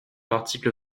l’article